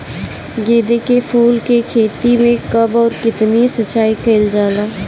गेदे के फूल के खेती मे कब अउर कितनी सिचाई कइल जाला?